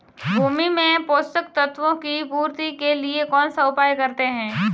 भूमि में पोषक तत्वों की पूर्ति के लिए कौनसा उपाय करते हैं?